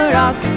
rock